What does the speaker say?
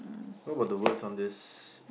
what about the words on this